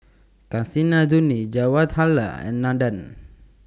Kasinadhuni Jawaharlal and Nandan